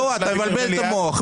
אתה מבלבל את המוח.